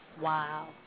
Wow